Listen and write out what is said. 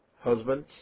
husbands